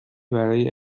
برای